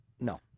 No